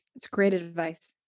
it's great advice,